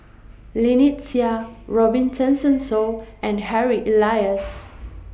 Lynnette Seah Robin Tessensohn and Harry Elias